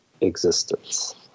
existence